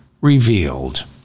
revealed